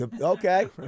Okay